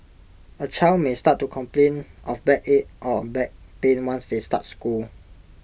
A child may start to complain of backache or back pain once they start school